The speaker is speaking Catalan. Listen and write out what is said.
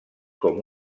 com